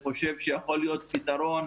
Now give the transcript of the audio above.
והשאלה אם אנחנו לא נוסיף להם כאב אחרי כל התקופה